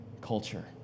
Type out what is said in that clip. culture